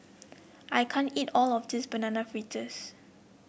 I can't eat all of this Banana Fritters